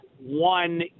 one